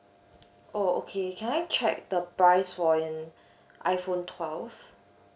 oh okay can I check the price for an iphone twelve